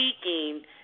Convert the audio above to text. speaking